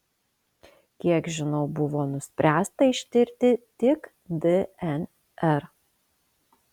kiek žinau buvo nuspręsta ištirti tik dnr